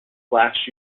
flash